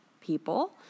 people